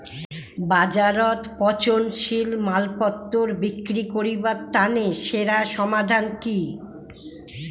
বাজারত পচনশীল মালপত্তর বিক্রি করিবার তানে সেরা সমাধান কি?